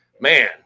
man